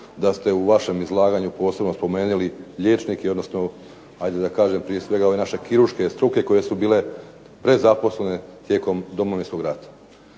da ste u vašem izlaganju posebno spomenuli liječnike, odnosno da kažem prije svega ove naše kirurške struke koje su bile prezaposlene tijekom Domovinskog rata.